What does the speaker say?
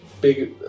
big